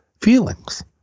feelings